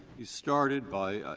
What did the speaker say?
you started by,